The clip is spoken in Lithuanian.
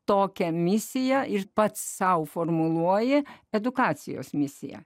tokią misiją ir pats sau formuluoji edukacijos misija